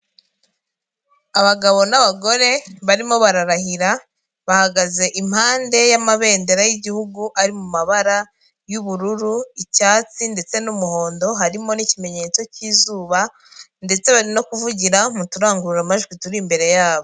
Abagabo n'abagore barimo bararahira, bahagaze impande y'amabendera y'igihugu ari mu mabara y'ubururu, icyatsi ndetse n'umuhondo, harimo n'ikimenyetso cy'izuba, ndetse bari no kuvugira mu turangururamajwi turi imbere yabo.